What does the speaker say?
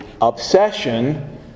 obsession